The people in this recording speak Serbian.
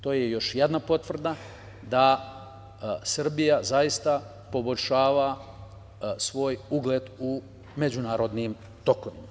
To je još jedna potvrda da Srbija zaista poboljšava svoj ugled u međunarodnim tokovima.